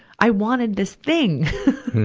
i wanted this thing.